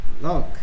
look